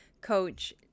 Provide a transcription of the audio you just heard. coach